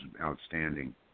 outstanding